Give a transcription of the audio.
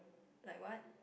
like what